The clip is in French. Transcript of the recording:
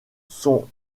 sont